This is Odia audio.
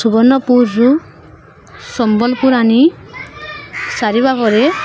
ସୁବର୍ଣ୍ଣପୁରରୁ ସମ୍ବଲପୁର ଆଣି ସାରିିବା ପରେ